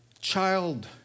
Child